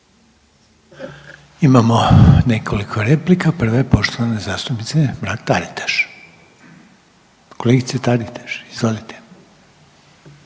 Imamo nekoliko replika, prva je poštovane zastupnice Mrak-Taritaš. Kolegice Taritaš, izvolite.